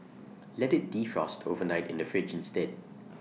let IT defrost overnight in the fridge instead